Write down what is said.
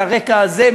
על הרקע הזה,